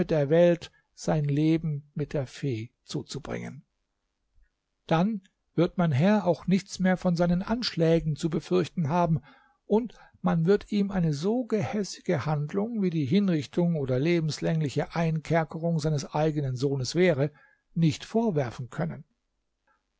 der welt sein leben mit der fee zuzubringen dann wird mein herr auch nichts mehr von seinen anschlägen zu befürchten haben und man wird ihm eine so gehässige handlung wie die hinrichtung oder lebenslängliche einkerkerung seines eigenen sohnes wäre nicht vorwerfen können